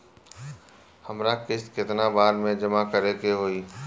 हमरा किस्त केतना बार में जमा करे के होई?